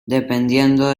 dependiendo